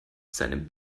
seinem